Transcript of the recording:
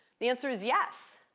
the answer is yes.